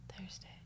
Thursday